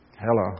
Hello